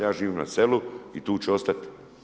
Ja živim na selu i tu ću ostati.